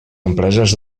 empreses